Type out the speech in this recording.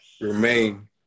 remain